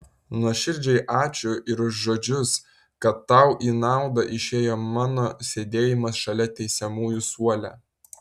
nuoširdžiai ačiū ir už žodžius kad tau į naudą išėjo mano sėdėjimas šalia teisiamųjų suole